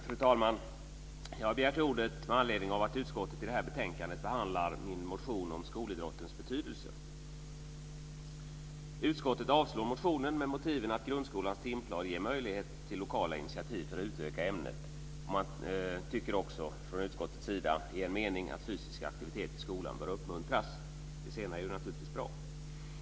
Fru talman! Jag har begärt ordet med anledning av att utskottet i detta betänkande behandlar min motion om skolidrottens betydelse. Utskottet avstyrker motionen med motiven att grundskolans timplan ger möjlighet till lokala initiativ för att utöka ämnet. Utskottet anför också att fysisk aktivitet i skolan bör uppmuntras. Det senare är naturligtvis bra.